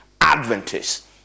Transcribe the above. Adventists